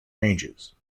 ranges